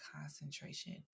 concentration